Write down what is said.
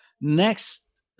next